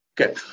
Okay